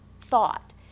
thought